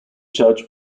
judge